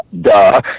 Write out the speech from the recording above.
duh